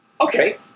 Okay